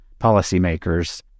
policymakers